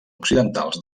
occidentals